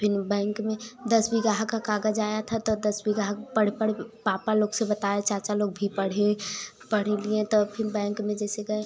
फिर बैंक में दस बिगहा का कागज आया था तो दस बिगहा पढ़ पढ़ पापा लोग से बताए चाचा लोग भी पढ़े पढ़ लिए तो फिर बैंक में जैसे गए